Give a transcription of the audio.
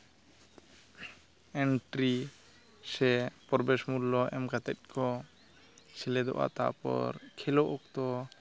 entry ᱥᱮ ᱯᱨᱚᱵᱮᱥ ᱢᱩᱞᱞᱚ ᱮᱢ ᱠᱟᱛᱮᱫ ᱠᱚ ᱥᱮᱞᱮᱫᱚᱜᱼᱟ ᱛᱟᱯᱚᱨ ᱠᱷᱮᱞᱳᱜ ᱚᱠᱛᱚ